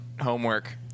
homework